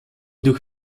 durch